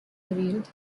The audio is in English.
revealed